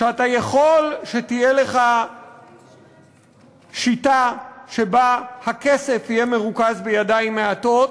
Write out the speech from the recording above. שאתה יכול שתהיה לך שיטה שבה הכסף יהיה מרוכז בידיים מעטות,